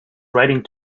writing